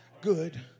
Good